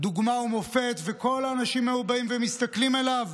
דוגמה ומופת, וכל האנשים היו באים ומסתכלים עליו,